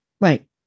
Right